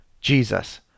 Jesus